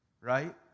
Right